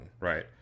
Right